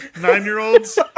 Nine-year-olds